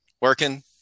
working